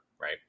right